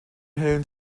hellen